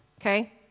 okay